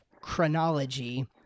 chronology